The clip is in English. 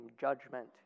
judgment